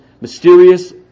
mysterious